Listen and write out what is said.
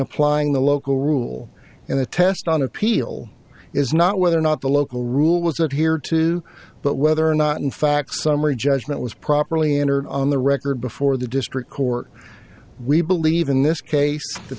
applying the local rule and the test on appeal is not whether or not the local rule was that here too but whether or not in fact summary judgment was properly entered on the record before the district court we believe in this case th